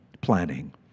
planning